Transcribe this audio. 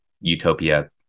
utopia